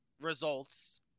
results